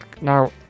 now